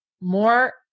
more